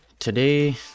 today